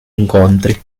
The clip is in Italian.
incontri